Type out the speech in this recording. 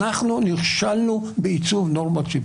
אני הבעתי ביקורת שאני חושב שלא הייתה פופולארית